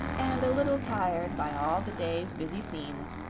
and a little tired by all the day's busy scenes,